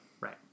Right